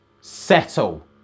settle